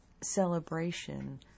celebration